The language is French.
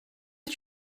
que